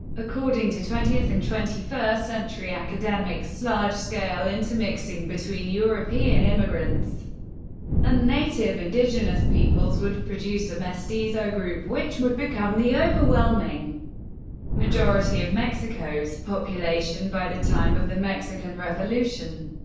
according to twentieth and twenty first century academics, large scale intermixing between european immigrants and native indigenous peoples would produce a mestizo group which would become the overwhelming majority of mexico's population by the time of the mexican revolution.